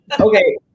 Okay